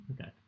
okay